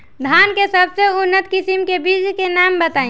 धान के सबसे उन्नत किस्म के बिज के नाम बताई?